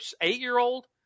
eight-year-old